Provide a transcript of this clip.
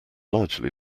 largely